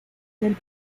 del